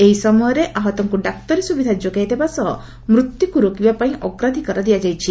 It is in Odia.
ଏହି ସମୟରେ ଆହତଙ୍କୁ ଡାକ୍ତରୀ ସୁବିଧା ଯୋଗାଇଦେବା ସହ ମୃତ୍ୟୁକୁ ରୋକିବା ପାଇଁ ଅଗ୍ରାଧିକାର ଦିଆଯାଇଛି